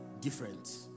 different